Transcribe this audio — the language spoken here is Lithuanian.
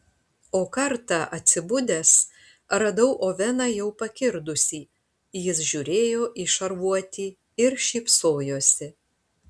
o kartą atsibudęs radau oveną jau pakirdusį jis žiūrėjo į šarvuotį ir šypsojosi